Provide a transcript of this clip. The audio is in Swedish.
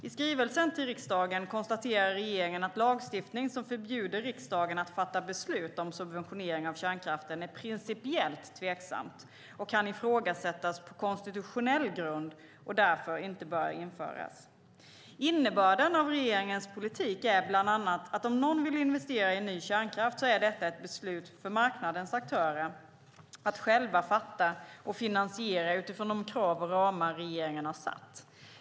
I skrivelsen till riksdagen konstaterar regeringen att lagstiftning som förbjuder riksdagen att fatta beslut om subventionering av kärnkraften är principiellt tveksam, kan ifrågasättas på konstitutionell grund och därför inte bör införas. Innebörden av regeringens politik är bland annat att om någon vill investera i ny kärnkraft är detta ett beslut för marknadens aktörer att själva fatta och finansiera utifrån de krav och ramar regeringen har satt.